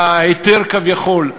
ההיתר כביכול,